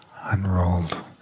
unrolled